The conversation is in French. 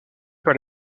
par